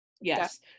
Yes